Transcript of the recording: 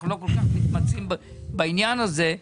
אנחנו לא כל כך מתמצאים בעניין הזה,